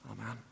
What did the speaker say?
Amen